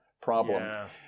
problem